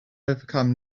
overcome